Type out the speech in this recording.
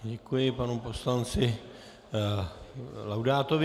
Děkuji panu poslanci Laudátovi.